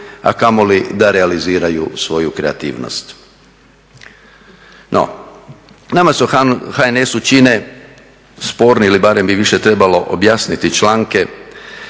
a kamoli da realiziraju svoju kreativnost. No, nama se u HNS-u čine sporni ili barem bi više trebalo objasniti članke